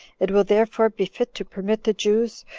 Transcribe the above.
it will therefore be fit to permit the jews,